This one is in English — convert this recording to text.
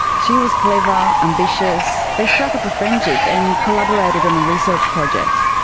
she was clever, ambitious. they struck up a friendship and collaborated on a research project.